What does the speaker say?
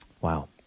Wow